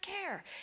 care